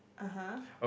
(uh huh)